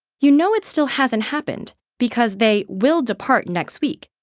you know it still hasn't happened because they will depart next week,